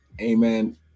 amen